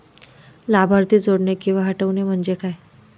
लाभार्थी जोडणे किंवा हटवणे, म्हणजे काय?